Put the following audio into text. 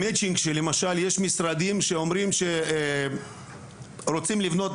המצ'ינג למשל שיש משרדים שאומרים שרוצים לבנות,